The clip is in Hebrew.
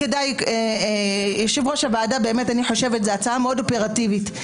יושב-ראש הוועדה, זו הצעה מאוד אופרטיבית.